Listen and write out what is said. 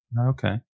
Okay